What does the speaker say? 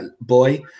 boy